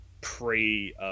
pre